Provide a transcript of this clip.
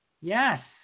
Yes